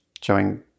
showing